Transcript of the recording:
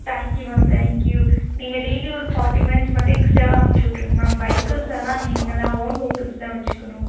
thank you ma'am thank you நீங்கள் daily ஒரு forty minutes மட்டும் எக்ஸ்ட்ராவாக அமுச்சு விட்ருங்க மேம் வைக்கிள்ஸ் எல்லாம் நீங்களாக ஓன் வைக்கிள்ஸ் தான் வச்சுக்கணும்